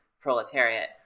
proletariat